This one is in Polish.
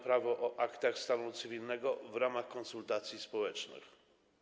Prawo o aktach stanu cywilnego w ramach konsultacji społecznych.